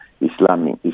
Islamic